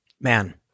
Man